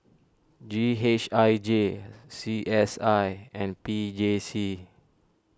G H I J C S I and P J C